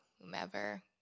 whomever